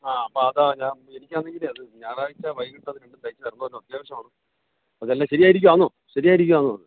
ആ അപ്പം അതാ ഞാൻ എനിക്ക് ആണെങ്കിലേ അത് ഞായറാഴ്ച് വൈകിട്ട് അത് രണ്ടും തയ്ച്ച് തരണമല്ലോ അത്യാവശ്യമാണ് അതെല്ലാം ശരിയായിരിക്കുവാന്നോ ശരിയായിരിക്കുവാന്നോ